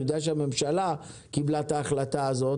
אני יודע שהממשלה קיבלה את ההחלטה הזאת